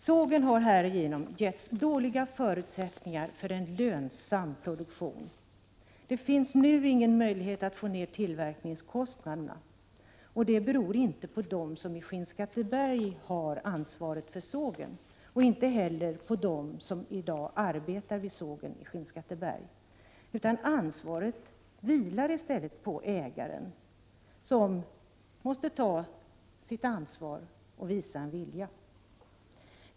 Sågen har härigenom getts dåliga förutsättningar för en lönsam produktion. Det finns nu ingen möjlighet att få ner tillverkningskostnaderna, och det beror inte på dem som i Skinnskatteberg har ansvaret för sågen och inte heller på dem som i dag arbetar vid sågen i Skinnskatteberg, utan ansvaret vilar i stället på ägaren som måste ta sitt ansvar och visa en vilja.